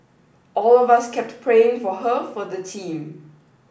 all of us kept praying for her for the team